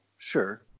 Sure